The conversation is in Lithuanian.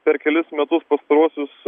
per kelis metus pastaruosius